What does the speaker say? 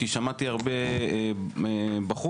כי שמעתי הרבה בחוץ,